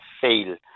fail